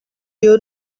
you